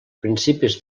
principis